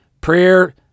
prayer